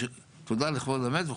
בשביל תודה לכבוד המת.